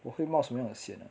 我会冒什么样的险啊